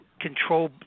control